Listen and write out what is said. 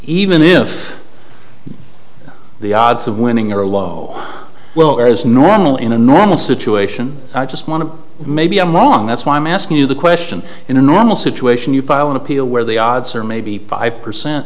even if the odds of winning are low well as normal in a normal situation i just want to maybe i'm wrong that's why i'm asking you the question in a normal situation you file an appeal where the odds are maybe five percent